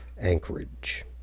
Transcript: Anchorage